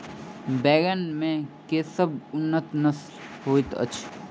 बैंगन मे केँ सबसँ उन्नत नस्ल होइत अछि?